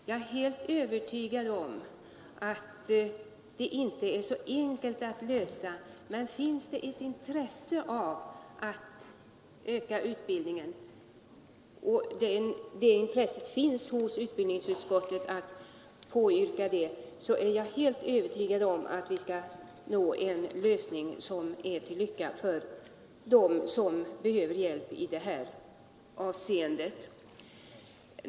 Jag är helt med på att det inte är så enkelt att lösa problemen, men finns det ett intresse hos utbildningsutskottet av att öka utbildningen, är jag helt övertygad om att vi skall nå en lösning som är tillfredsställande för dem som behöver hjälp i det här avseendet.